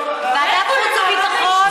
לוועדת החוץ והביטחון.